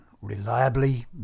reliably